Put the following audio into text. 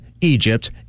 Egypt